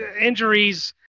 injuries